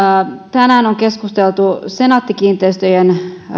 tänään on keskusteltu senaatti kiinteistöjen